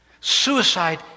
Suicide